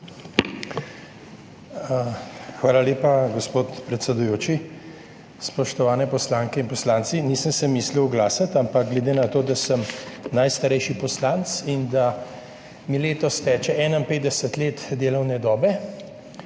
Hvala lepa, gospod predsedujoči. Spoštovane poslanke in poslanci! Nisem se mislil oglasiti, ampak glede na to, da sem najstarejši poslanec in da mi letos teče 51 let delovne dobe